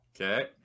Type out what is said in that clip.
Okay